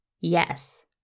Yes